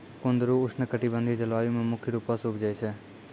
कुंदरु उष्णकटिबंधिय जलवायु मे मुख्य रूपो से उपजै छै